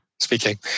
speaking